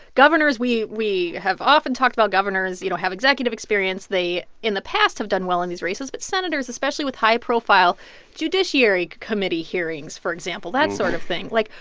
governors we we have often talked about governors you know, have executive experience. they in the past have done well in these races. but senators, especially with high-profile judiciary committee hearings, for example, that sort of thing like,